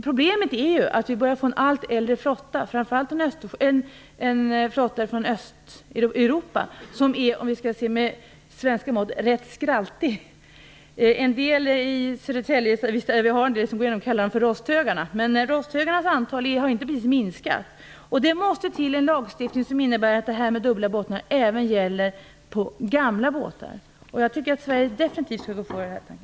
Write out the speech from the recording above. Problemet är ju att flottan börjar bli allt äldre, framför allt flottan från Östeuropa, som med svenska mått är rätt skraltig. En del av dem som går förbi Södertälje kallas för rosthögarna. Rosthögarnas antal har ju inte precis minskat. Det måste till en lagstiftning som innebär att detta med dubbla bottnar även gäller för gamla båtar. Jag tycker att Sverige definitivt skall gå före i det här fallet.